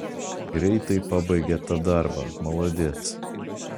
greitai pabaigė tą darbą maladėc